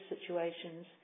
situations